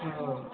ହେଉ